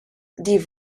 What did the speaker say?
die